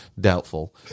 doubtful